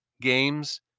games